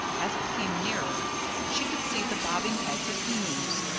as it came nearer she could see the bobbing heads of emus,